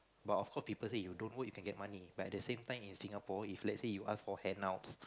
but of course people say you don't work you can get money but at the same time in Singapore if let's say you ask for handouts